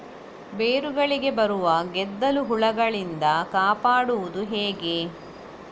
ಬೇರುಗಳಿಗೆ ಬರುವ ಗೆದ್ದಲು ಹುಳಗಳಿಂದ ಕಾಪಾಡುವುದು ಹೇಗೆ?